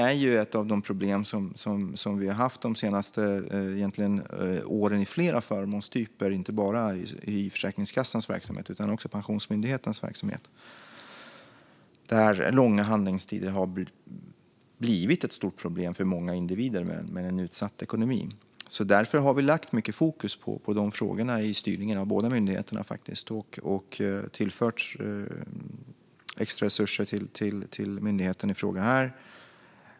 Detta problem har vi haft de senaste åren i flera förmånstyper, inte bara i Försäkringskassans verksamhet utan även inom Pensionsmyndigheten. Långa handläggningstider har blivit ett stort problem för många individer med en utsatt ekonomi. Vi har därför lagt mycket fokus på de här frågorna i styrningen av båda dessa myndigheter. Vi har även tillfört extra resurser till myndigheten i fråga.